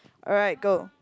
alright go